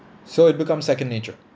so it becomes second nature